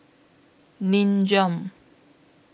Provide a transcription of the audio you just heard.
Nin Jiom